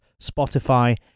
Spotify